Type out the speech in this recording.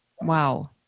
Wow